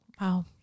Wow